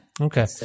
Okay